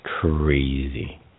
crazy